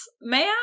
man